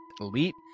elite